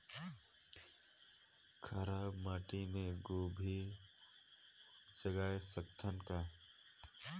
खराब माटी मे गोभी जगाय सकथव का?